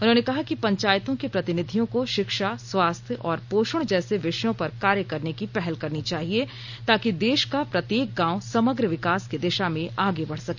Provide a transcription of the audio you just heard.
उन्होंने कहा कि पंचायतों के प्रतिनिधियों को शिक्षा स्वास्थ्य और पोषण जैसे विषयों पर कार्य करने की पहल करनी चाहिए ताकि देश का प्रत्येक गांव समग्र विकास की दिशा में आगे बढ़ सके